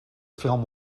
film